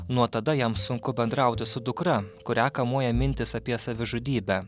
nuo tada jam sunku bendrauti su dukra kurią kamuoja mintys apie savižudybę